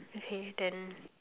okay then